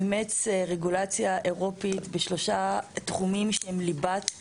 אימץ רגולציה אירופית בשלושה תחומים שהם ליבת